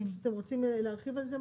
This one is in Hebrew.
אתם רוצים להרחיב על זה?